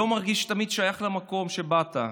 לא מרגיש תמיד שייך למקום שאליו באת,